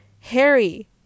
Harry